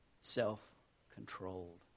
self-controlled